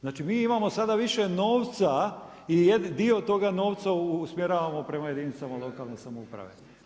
Znači mi imamo sada više novca i dio toga novca usmjeravamo prema jedinicama lokalne samouprave.